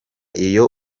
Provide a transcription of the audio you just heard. iyo